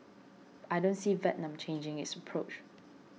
I don't see Vietnam changing its approach